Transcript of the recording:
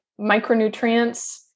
micronutrients